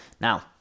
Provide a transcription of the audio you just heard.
now